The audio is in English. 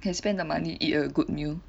can spend the money eat a good meal